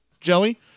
Jelly